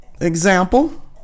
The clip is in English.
example